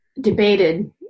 debated